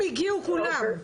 הם הגיעו כולם.